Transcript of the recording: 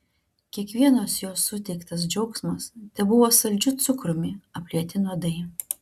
kiekvienas jo suteiktas džiaugsmas tebuvo saldžiu cukrumi aplieti nuodai